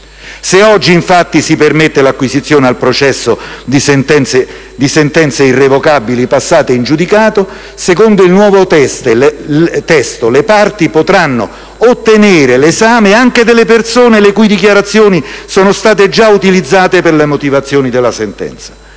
Se oggi, infatti, si permette l'acquisizione al processo di sentenze irrevocabili passate in giudicato, secondo il nuovo testo le parti potranno ottenere l'esame anche delle persone le cui dichiarazioni sono state già utilizzate per le motivazioni della sentenza.